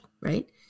right